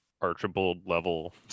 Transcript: Archibald-level